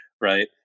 right